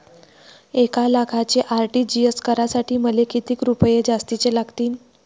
एक लाखाचे आर.टी.जी.एस करासाठी मले कितीक रुपये जास्तीचे लागतीनं?